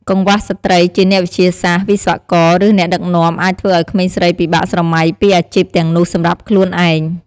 កង្វះស្ត្រីជាអ្នកវិទ្យាសាស្ត្រ វិស្វករ ឬអ្នកដឹកនាំអាចធ្វើឱ្យក្មេងស្រីពិបាកស្រមៃពីអាជីពទាំងនោះសម្រាប់ខ្លួនឯង។